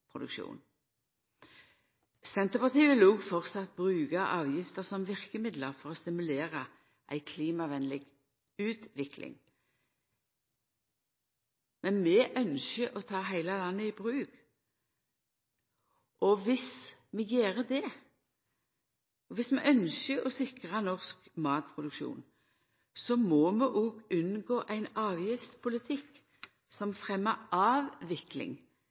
Senterpartiet vil òg framleis bruka avgifter som verkemiddel for å stimulera til ei klimavennleg utvikling. Men vi ynskjer å ta heile landet i bruk. Dersom vi gjer det, og dersom vi ynskjer å sikra norsk matproduksjon, må vi òg unngå ein avgiftspolitikk som fremjar avvikling